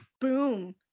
Boom